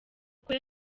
kwe